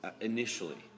initially